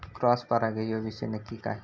Cross परागी ह्यो विषय नक्की काय?